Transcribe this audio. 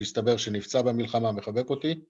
‫הסתבר שנפצע במלחמה מחבק אותי.